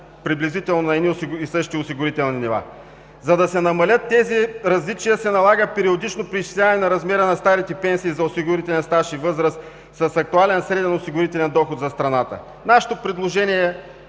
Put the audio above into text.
приблизително на едни и същи осигурителни нива. За да се намалят тези различия, се налага периодично преизчисляване на размера на старите пенсии за осигурителен стаж и възраст, с актуален среден осигурителен доход за страната. Нашето предложение